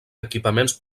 equipaments